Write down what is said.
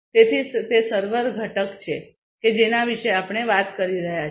તેથી તે સર્વર ઘટક છે કે જેના વિશે આપણે વાત કરી રહ્યા છીએ